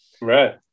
Right